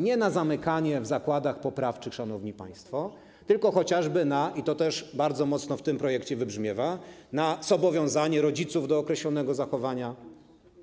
Nie na zamykanie w zakładach poprawczych, szanowni państwo, tylko chociażby - i to też bardzo mocno w tym projekcie wybrzmiewa - na zobowiązanie rodziców do określonego zachowania,